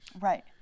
Right